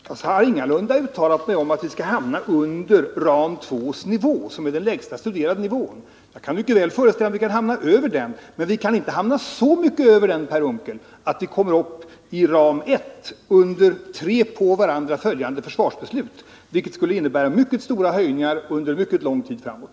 Herr talman! Jag har ingalunda uttalat att vi skall hamna under ram 2:s nivå, som är den lägsta studerade nivån. Jag kan mycket väl föreställa mig att vi kan hamna över den, men vi kan inte hamna så mycket över den, Per Unckel, att vi kommer upp i ram 1 i tre på varandra följande försvarsbeslut, vilket skulle innebära mycket stora höjningar under mycket lång tid framåt.